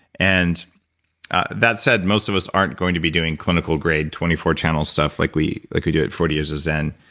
and that said, most of us aren't going to be clinical grade, twenty four channel stuff like we like we do at forty years of zen.